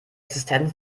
existenz